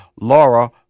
Laura